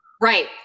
Right